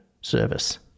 service